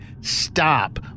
Stop